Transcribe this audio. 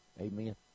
Amen